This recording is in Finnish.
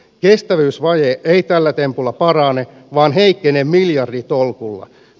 kestävyysvaje ei tällä tempulla parane vaan heikkenee miljarditolkulla